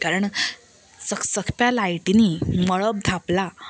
कारण चकचकप्या लायटींनी मळब धांपलां